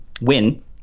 win